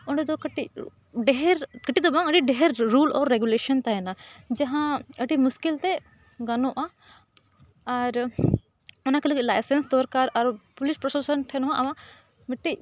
ᱚᱸᱰᱮ ᱫᱚ ᱠᱟᱹᱴᱤᱡ ᱰᱷᱮᱨ ᱠᱟᱹᱴᱤᱡ ᱫᱚ ᱵᱟᱝ ᱟᱹᱰᱤ ᱰᱷᱮᱨ ᱨᱩᱞ ᱚᱨ ᱨᱮᱜᱩᱞᱮᱥᱚᱱ ᱛᱟᱦᱮᱱᱟ ᱡᱟᱦᱟᱸ ᱟᱹᱰᱤ ᱢᱩᱥᱠᱤᱞ ᱛᱮ ᱜᱟᱱᱚᱜᱼᱟ ᱟᱨ ᱚᱱᱟ ᱠᱚ ᱞᱟᱹᱜᱤᱫ ᱞᱟᱭᱥᱮᱱᱥ ᱫᱚᱨᱠᱟᱨ ᱟᱨᱚ ᱯᱩᱞᱤᱥ ᱯᱨᱚᱥᱟᱥᱚᱱ ᱴᱷᱮᱱ ᱦᱚᱸ ᱟᱢᱟᱜ ᱢᱤᱫᱴᱮᱱ